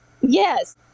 Yes